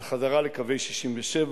על חזרה לקווי 1967,